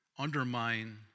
undermine